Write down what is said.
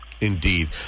indeed